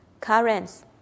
currents